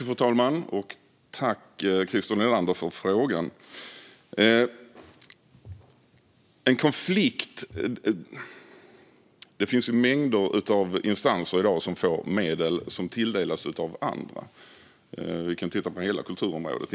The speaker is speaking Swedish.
Fru talman! Jag tackar Christer Nylander för frågan. Det finns mängder av instanser i dag som får medel som tilldelas av andra. Vi kan egentligen titta på hela kulturområdet.